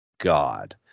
God